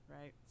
Right